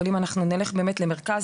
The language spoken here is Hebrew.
היום למרכז